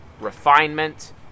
refinement